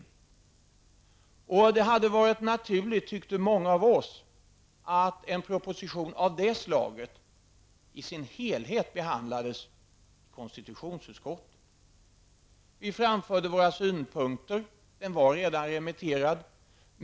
Många tyckte att det hade varit naturligt att en proposition av det slaget i sin helhet hade behandlats i konstitutionsutskottet. Vi framförde våra synpunkter. Propositionen hade redan remitterats.